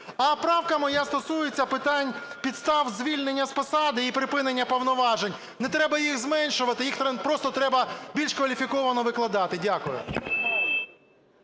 А правка моя стосується питань підстав звільнення з посади і припинення повноважень. Не треба їх зменшувати, їх просто треба більш кваліфіковано викладати. Дякую.